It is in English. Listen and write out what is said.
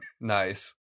Nice